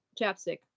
chapstick